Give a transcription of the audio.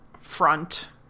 front